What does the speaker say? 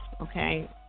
Okay